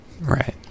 Right